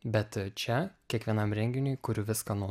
bet čia kiekvienam renginiui kuriu viską nuo